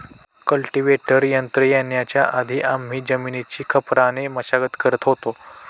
cultivator यंत्र येण्याच्या आधी आम्ही जमिनीची खापराने मशागत करत होतो